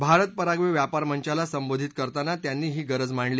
भारत परावे व्यापार मंचाला संबोधित करताना त्यांनी ही गरज मांडली